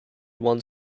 one